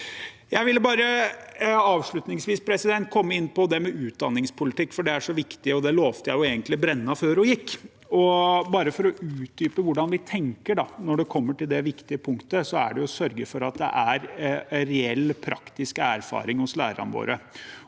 Jeg vil avslutningsvis komme inn på det med utdanningspolitikk – for det er så viktig, og det lovte jeg egentlig statsråd Brenna før hun gikk – bare for å utdype hvordan vi tenker når det gjelder det viktige punktet. Det er å sørge for at det er reell praktisk erfaring blant lærerne våre.